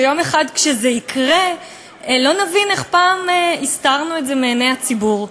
שיום אחד כשזה יקרה לא נבין איך פעם הסתרנו את זה מעיני הציבור,